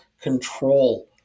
control